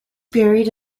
buried